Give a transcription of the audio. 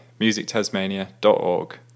musictasmania.org